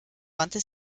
wandte